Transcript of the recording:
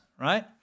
right